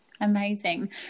Amazing